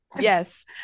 yes